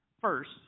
First